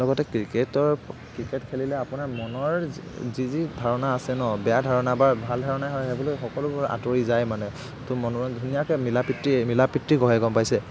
লগতে ক্ৰিকেটৰ ক্ৰিকেট খেলিলে আপোনাৰ মনৰ যি যি যি ধাৰণা আছে ন বেয়া ধাৰণা বা ভাল ধাৰণাই হওঁক সেইবোৰ সকলোবোৰ আঁতৰি যায় মানে ত' মনোৰঞ্জন ধুনীয়াকৈ মিলা প্ৰীতিৰে মিলা প্ৰীতি গঢ়ে গম পাইছে